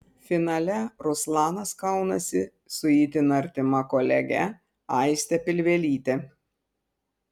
finale ruslanas kaunasi su itin artima kolege aiste pilvelyte